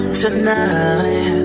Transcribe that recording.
tonight